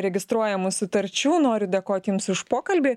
registruojamų sutarčių noriu dėkoti jums už pokalbį